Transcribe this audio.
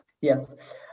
yes